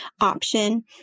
option